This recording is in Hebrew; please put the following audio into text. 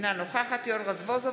אינה נוכחת יואל רזבוזוב,